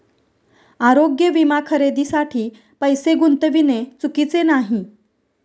आरोग्य विमा खरेदीसाठी पैसे गुंतविणे चुकीचे नाही